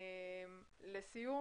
לסיום,